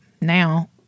now